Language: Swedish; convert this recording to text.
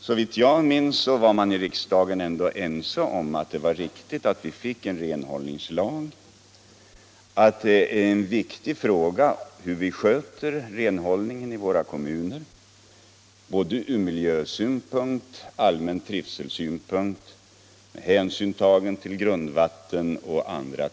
Såvitt jag minns var man här i riksdagen ense om att det var helt riktigt att vi fick en renhållningslag och att det från miljöoch allmänna trivselsynpunkter och med hänsyn till grundvattnet och andra ting är viktigt hur renhållningen i våra kommuner sköts.